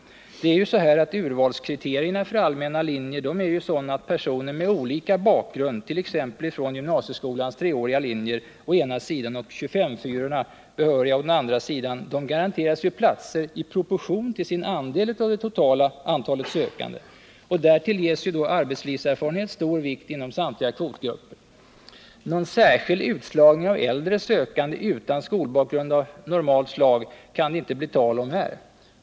Urvalskriterierna för allmänna linjer är ju sådana att personer med olika bakgrund —1. ex. från gymnasieskolans treåriga linjer å ena sidan och 25:4 behöriga å den andra — garanteras platser i proportion till sin andel av det totala antalet sökande. Därtill ges ju arbetslivserfarenhet stor vikt inom samtliga kvotgrupper. Någon särskild utslagning av äldre sökande utan skolbakgrund av normalt slag kan det inte bli tal om här.